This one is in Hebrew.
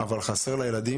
אבל מה עם זה שהוא חסר לילדים?